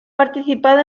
participado